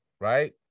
right